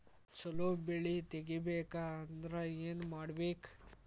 ಛಲೋ ಬೆಳಿ ತೆಗೇಬೇಕ ಅಂದ್ರ ಏನು ಮಾಡ್ಬೇಕ್?